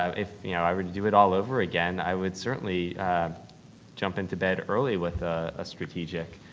um if you know i were to do it all over again i would certainly jump into bed early with a strategic.